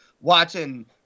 watching